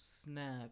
snap